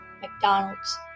McDonald's